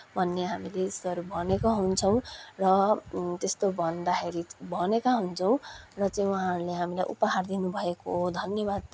भन्ने हामीले यस्तोहरू भनेको हुन्छौँ र त्यस्तो भन्दाखेरि भनेका हुन्छौँ र चाहिँ उहाँहरूले हामीलाई उपहार दिनुभएको हो धन्यवाद